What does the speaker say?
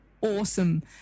awesome